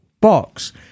box